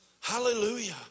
Hallelujah